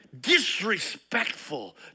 disrespectful